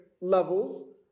levels